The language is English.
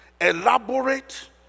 elaborate